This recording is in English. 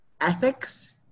ethics